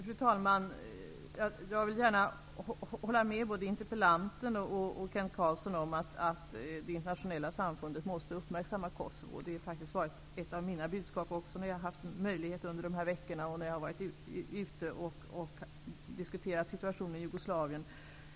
Fru talman! Jag håller med både interpellanten och Kent Carlsson om att det internationella samfundet måste uppmärksamma Kosovo. Det har också varit ett av mina budskap när jag under de senaste veckorna har varit ute och diskuterat situationen i Jugoslavien.